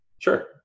sure